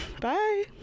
bye